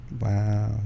wow